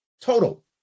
total